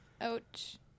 Ouch